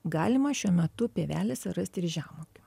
galima šiuo metu pievelėse rasti ir žemuogių